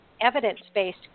evidence-based